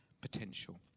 potential